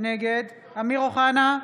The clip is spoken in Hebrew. נגד אמיר אוחנה,